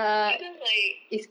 because like